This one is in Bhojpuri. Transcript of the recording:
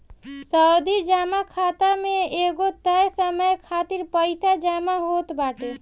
सावधि जमा खाता में एगो तय समय खातिर पईसा जमा होत बाटे